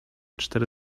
cztery